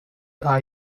are